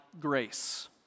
Grace